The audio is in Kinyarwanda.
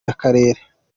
y’akarere